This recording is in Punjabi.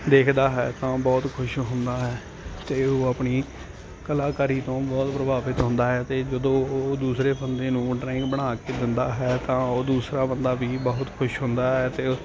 ਦੇਖਦਾ ਹੈ ਤਾਂ ਬਹੁਤ ਖੁਸ਼ ਹੁੰਦਾ ਹੈ ਅਤੇ ਉਹ ਆਪਣੀ ਕਲਾਕਾਰੀ ਤੋਂ ਬਹੁਤ ਪ੍ਰਭਾਵਿਤ ਹੁੰਦਾ ਹੈ ਤੇ ਜਦੋਂ ਉਹ ਦੂਸਰੇ ਬੰਦੇ ਨੂੰ ਡਰਾਇੰਗ ਬਣਾ ਕੇ ਦਿੰਦਾ ਹੈ ਤਾਂ ਉਹ ਦੂਸਰਾ ਬੰਦਾ ਵੀ ਬਹੁਤ ਖੁਸ਼ ਹੁੰਦਾ ਹੈ ਅਤੇ